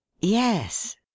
Yes